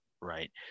right